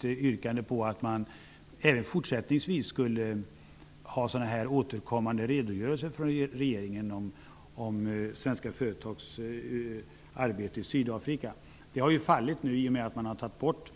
Det gick ut på att man även fortsättningsvis skulle ha återkommande redogörelser från regeringen om svenska företags arbete i Sydafrika. Detta har fallit. I och med att man har tagit bort